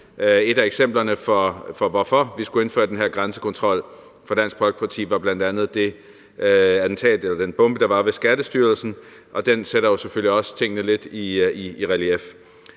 Et af eksemplerne på, hvorfor vi skulle indføre den her grænsekontrol, var fra Dansk Folkepartis side bl.a. det attentat eller den bombe, der var ved Skattestyrelsen, og den sætter selvfølgelig også tingene lidt i relief.